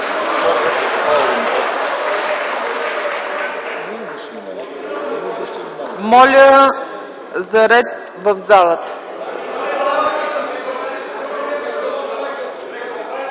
Моля за ред в залата!